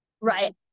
Right